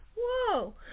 whoa